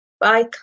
Bye